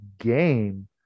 game